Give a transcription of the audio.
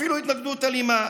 אפילו התנגדות אלימה.